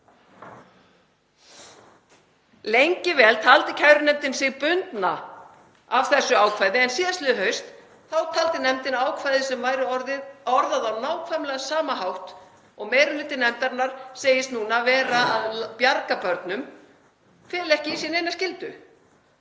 Lengi vel taldi kærunefndin sig bundna af þessu ákvæði en síðastliðið haust taldi nefndin að ákvæðið sem væri orðað á nákvæmlega sama hátt og meiri hluti nefndarinnar segist núna vera að bjarga börnum á, ekki fela í sér neina skyldu